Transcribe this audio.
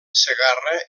segarra